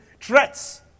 threats